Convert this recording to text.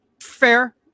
fair